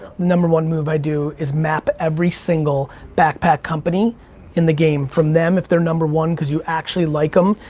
number one move i'd do is map every single backpack company in the game. from them, if they're number one. cause you actually like them.